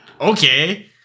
Okay